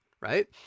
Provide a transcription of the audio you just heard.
right